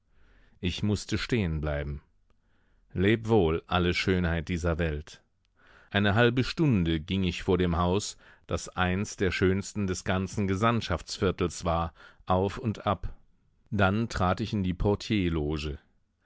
ich mußte stehen bleiben leb wohl alle schönheit dieser welt eine halbe stunde ging ich vor dem haus das eins der schönsten des ganzen gesandtschaftsviertels war auf und ab dann trat ich in die